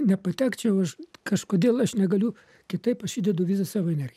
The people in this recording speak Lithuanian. nepatekčiau aš kažkodėl aš negaliu kitaip aš įdedu visą savo energiją